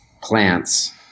plants